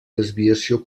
desviació